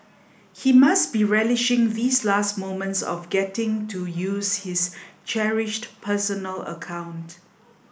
he must be relishing these last moments of getting to use his cherished personal account